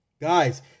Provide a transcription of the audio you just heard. Guys